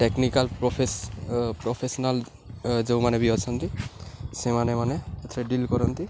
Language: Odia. ଟେକ୍ନିକାଲ୍ ପ୍ରଫେସନାଲ୍ ଯେଉଁମାନେ ବି ଅଛନ୍ତି ସେମାନେ ମାନେ ଏଥିରେ ଡିଲ୍ କରନ୍ତି